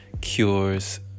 cures